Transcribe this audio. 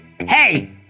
Hey